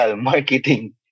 Marketing